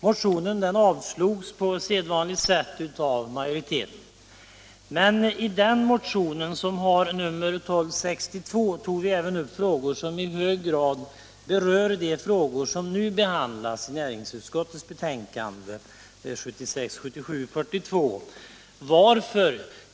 Men i den motionen, som har nummer 1262, tog vi även upp frågor som i hög grad berör de spörsmål som nu behandlas i näringsutskottets betänkande 1976/77:42. Varför?